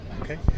okay